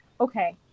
okay